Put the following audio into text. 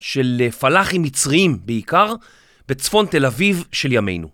של פלאחים מצרים בעיקר בצפון תל אביב של ימינו.